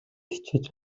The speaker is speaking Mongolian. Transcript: хичээж